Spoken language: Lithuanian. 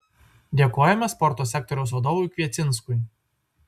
dėkojame sporto sektoriaus vadovui kviecinskui